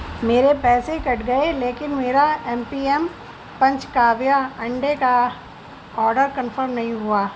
میرے پیسے کٹ گئے لیکن میرا ایم پی ایم پنچ کاویا انڈے کا آڈر کنفم نہیں ہوا